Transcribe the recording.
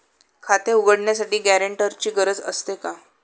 खाते उघडण्यासाठी गॅरेंटरची गरज असते का?